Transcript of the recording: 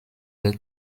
their